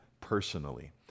personally